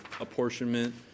apportionment